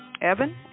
evan